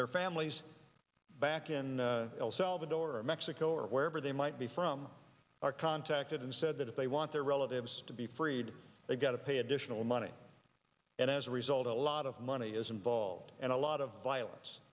their families back in el salvador or mexico or wherever they might be from are contacted and said that if they want their relatives to be freed they've got to pay additional money and as a result a lot of money is involved and a lot of violence